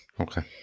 Okay